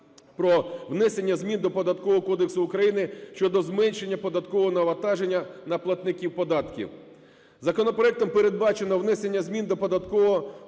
кодексу України щодо зменшення податкового навантаження на платників податків. Законопроектом передбачено внесення змін до